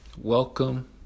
Welcome